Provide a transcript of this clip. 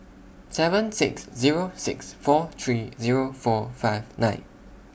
seven six Zero six four three Zero four five nine